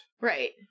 Right